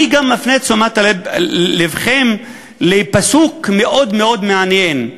אני גם מפנה את תשומת לבכם לפסוק מאוד מאוד מעניין,